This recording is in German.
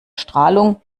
strahlung